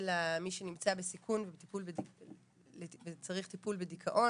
מי שנמצא בסיכון וצריך טיפול בדיכאון,